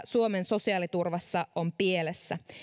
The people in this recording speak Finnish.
suomen sosiaaliturvassa ovat pielessä